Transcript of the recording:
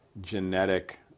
genetic